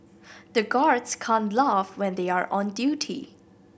the guards can't laugh when they are on duty